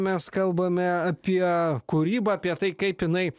mes kalbame apie kūrybą apie tai kaip jinai